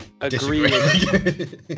agree